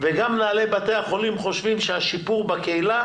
וגם מנהלי בתי-החולים חושבים שהשיפור בקהילה,